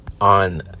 on